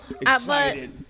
excited